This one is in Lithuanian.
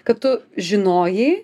kad tu žinojai